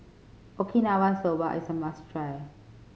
Okinawa Soba is a must try